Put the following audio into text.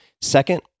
Second